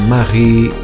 Marie